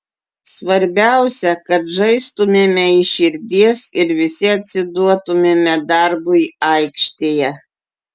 svarbiausia kad žaistumėme iš širdies ir visi atsiduotumėme darbui aikštėje